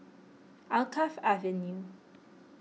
Alkaff Avenue